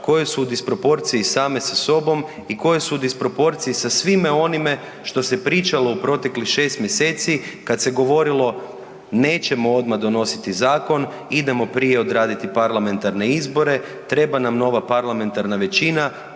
koje su u disproporciji same sa sobom i koje su u disproporciji sa svime onime što se pričalo u proteklih 6 mjeseci kad se govorilo nećemo odmah donositi zakon, idemo prije odraditi parlamentarne izbore, treba nam nova parlamentarna većina